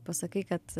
pasakai kad